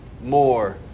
more